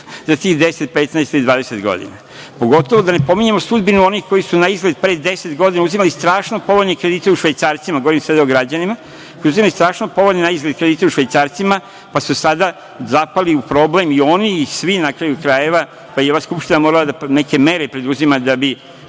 za tih 10, 15 ili 20 godina, pogotovo da ne pominjemo sudbinu onih koji su na izgled pre 10 godina uzimali strašno povoljne kredite u švajcarcima, govorim sada o građanima koji su uzimali na izgled strašno povoljne kredite u švajcarcima, pa su sada zapali u problem i oni i svi, na kraju krajeva, pa je Skupština morala da preduzima neke